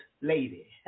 lady